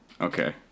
Okay